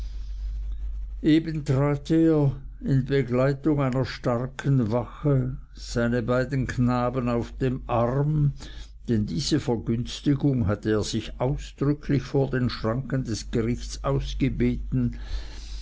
eben trat er in begleitung einer starken wache seine beiden knaben auf dem arm denn diese vergünstigung hatte er sich ausdrücklich vor den schranken des gerichts ausgebeten